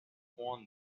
won